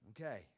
Okay